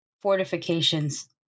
fortifications